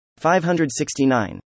569